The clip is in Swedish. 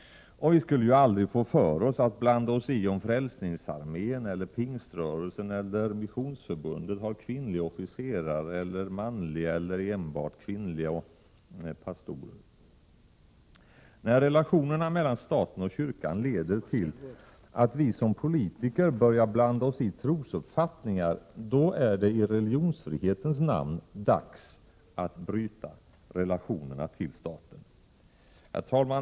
Och vi skulle ju aldrig få för oss att blanda oss i om Frälsningsarmén, Pingströrelsen eller Missionsförbundet har kvinnliga officerare eller enbart manliga eller enbart kvinnliga pastorer. När relationerna mellan staten och kyrkan leder till att vi som politiker börjar blanda oss i trosuppfattningar, då är det i religionsfrihetens namn dags att bryta relationerna till staten. 93 Herr talman!